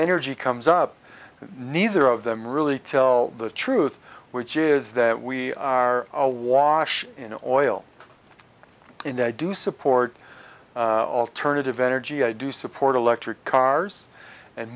energy comes up neither of them really tell the truth which is that we are awash in oil in the i do support alternative energy i do support electric cars and